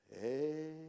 Hey